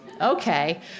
Okay